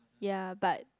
ya but